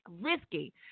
Risky